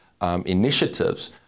Initiatives